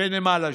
בנמל אשדוד.